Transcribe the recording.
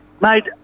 Mate